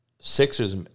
Sixers